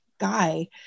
guy